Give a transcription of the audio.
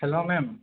हेल' मेम